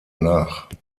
nach